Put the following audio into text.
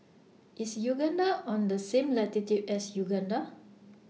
IS Uganda on The same latitude as Uganda